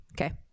okay